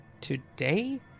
Today